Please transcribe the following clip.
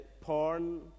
Porn